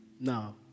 No